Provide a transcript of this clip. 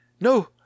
No